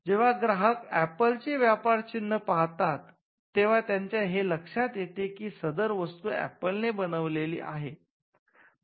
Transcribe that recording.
जेव्हा ग्राहक ऍपल चे व्यापार चिन्ह पाहतात तेंव्हा त्यांच्या हे लक्षात येते की सदर वस्तू ऍपल ने बनवलेली आहे